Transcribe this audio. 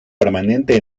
permanente